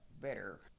better